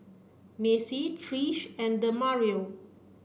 Macy Trish and Demario